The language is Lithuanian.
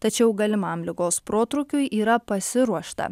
tačiau galimam ligos protrūkiui yra pasiruošta